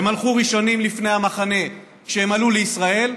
הם הלכו ראשונים לפני המחנה כשהם עלו לישראל,